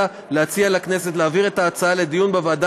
לכנסת להעביר את ההצעה לדיון בוועדה